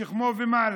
משכמו ומעלה,